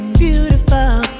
beautiful